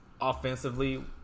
offensively